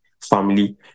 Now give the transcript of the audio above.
family